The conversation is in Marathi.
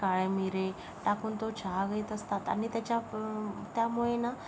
काळे मिरे टाकून तो चहा घेत असतात आणि त्याच्या त्यामुळे ना